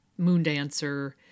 Moondancer